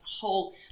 whole